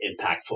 impactful